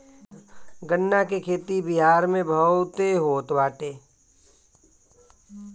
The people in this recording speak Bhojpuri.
गन्ना के खेती बिहार में बहुते होत बाटे